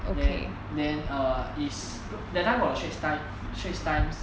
then then err it's good that time 我有 straits times straits times